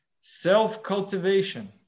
self-cultivation